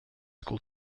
school